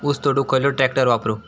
ऊस तोडुक खयलो ट्रॅक्टर वापरू?